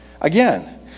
again